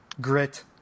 Grit